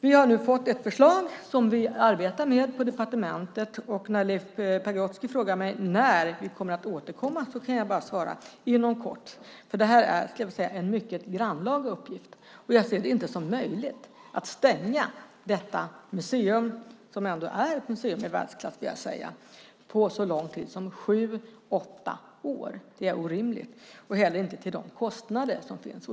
Vi har nu fått ett förslag som vi arbetar med på departementet. När Leif Pagrotsky frågar mig när vi kommer att återkomma kan jag bara svara: Inom kort. Det här är en mycket grannlaga uppgift, och jag ser det inte som möjligt att stänga detta museum, som ändå är ett museum i världsklass, under så lång tid som sju åtta år. Det är orimligt, vilket också gäller de kostnader som finns.